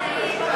אני הצבעתי,